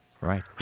Right